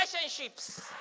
relationships